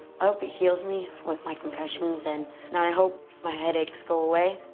i hope he heals me with my concussions and now i hope my headaches go away.